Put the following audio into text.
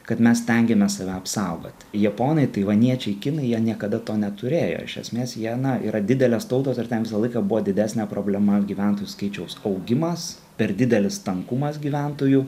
kad mes stengiamės save apsaugoti japonai taivaniečiai kinai jie niekada to neturėjo iš esmės jie na yra didelės tautos ir ten visą laiką buvo didesnė problema gyventojų skaičiaus augimas per didelis tankumas gyventojų